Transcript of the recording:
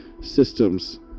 systems